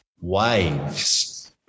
Waves